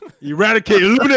Eradicate